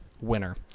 winner